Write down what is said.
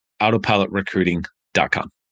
Autopilotrecruiting.com